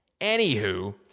anywho